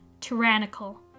tyrannical